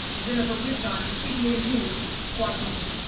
jejennifer wishon, cbn news, washington.